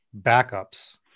backups